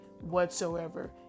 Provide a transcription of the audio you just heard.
whatsoever